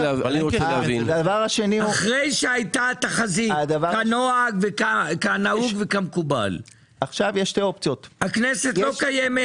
אחרי שהייתה תחזית כנהוג וכמקובל הכנסת לא קיימת,